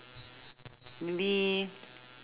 maybe